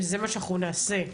וזה מה שאנחנו נעשה.